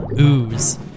ooze